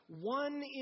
One